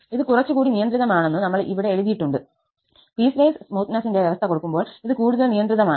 ഇത് കുറച്ചുകൂടി നിയന്ത്രിതമാണെന്ന് നമ്മൾ ഇവിടെ എഴുതിയിട്ടുണ്ട് പീസ്വൈസ് സ്മൂത്തനെസിന്റെ വ്യവസ്ഥ കൊടുക്കുമ്പോൾ ഇത് കൂടുതൽ നിയന്ത്രിതമാണ്